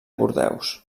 bordeus